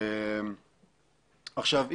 עכשיו,